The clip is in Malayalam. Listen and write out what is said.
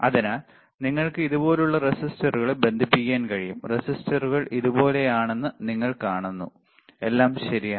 അതിനാൽ നിങ്ങൾക്ക് ഇതുപോലുള്ള റെസിസ്റ്ററുകളെ ബന്ധിപ്പിക്കാൻ കഴിയും റെസിസ്റ്ററുകൾ ഇതുപോലെയാണെന്ന് നിങ്ങൾ കാണുന്നു എല്ലാം ശരിയാണ്